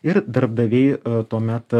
ir darbdaviai tuomet